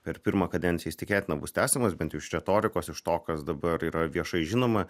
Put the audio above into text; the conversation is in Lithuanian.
per pirmą kadenciją jis tikėtina bus tęsiamas bent jau iš retorikos iš to kas dabar yra viešai žinoma